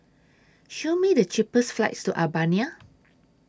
Show Me The cheapest flights to Albania